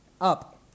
Up